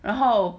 然后